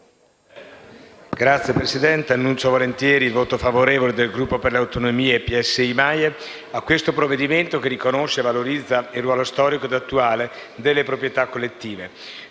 Signor Presidente, annuncio il voto favorevole del Gruppo per le Autonomie-PSI-MAIE al provvedimento, che riconosce e valorizza il ruolo storico e attuale delle proprietà collettive.